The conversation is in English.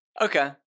Okay